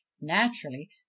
naturally